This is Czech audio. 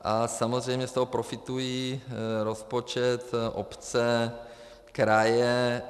A samozřejmě z toho profitují rozpočet, obce, kraje.